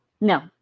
No